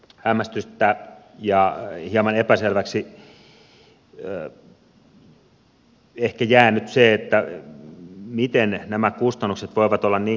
hämmästystä on herättänyt ja hieman epäselväksi ehkä jää nyt se miten nämä kustannukset voivat olla niin korkeat